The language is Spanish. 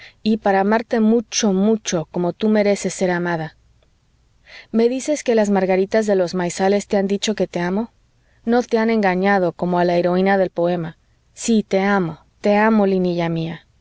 y para amarte mucho mucho como tú mereces ser amada me dices que las margaritas de los maizales te han dicho que te amo no te han engañado como a la heroína del poema sí te amo te amo linilla mía